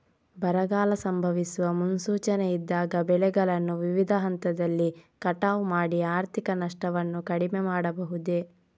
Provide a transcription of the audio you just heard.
ಬರಗಾಲ ಸಂಭವಿಸುವ ಮುನ್ಸೂಚನೆ ಇದ್ದಾಗ ಬೆಳೆಗಳನ್ನು ವಿವಿಧ ಹಂತದಲ್ಲಿ ಕಟಾವು ಮಾಡಿ ಆರ್ಥಿಕ ನಷ್ಟವನ್ನು ಕಡಿಮೆ ಮಾಡಬಹುದೇ?